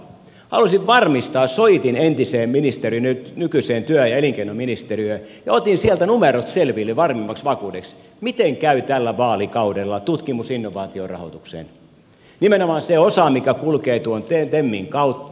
halusin varmistaa soitin nykyiseen työ ja elinkeinoministeriöön ja otin sieltä numerot selville varmimmaksi vakuudeksi miten käy tällä vaalikaudella tutkimus ja innovaatiorahoituksen nimenomaan sen osan mikä kulkee tuon temin kautta